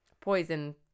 poison